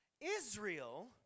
Israel